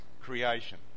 creation